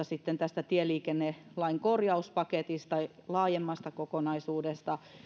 sitten tästä tieliikennelain korjauspaketista laajemmasta kokonaisuudesta